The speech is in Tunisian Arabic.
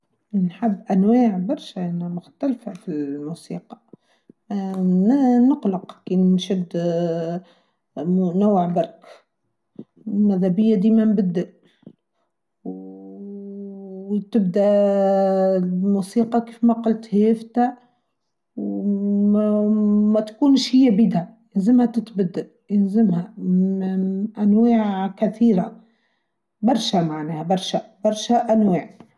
نحب أنواع برشة مختلفة في الموسيقى نقلق كي نشد نوع برش النظمية دي ما نبدأ وتبدأ الموسيقى كيف ما قلت هيفتة ما تكونش هي بدأ ينزمها تتبدأ ينزمها أنواع كثيرة برشة معناها برشة برشة أنواع.